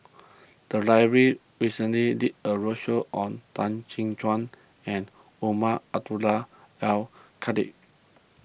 the library recently did a roadshow on Tan Chin Tuan and Umar Abdullah Al Khatib